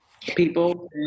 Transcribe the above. people